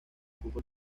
fútbol